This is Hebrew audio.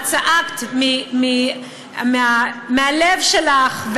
את צעקת מהלב שלך,